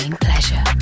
pleasure